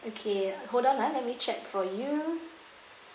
okay hold on ah let me check for you